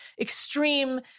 extreme